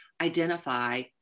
identify